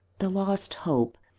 the lost hope,